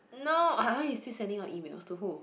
no ah you still sending out email to who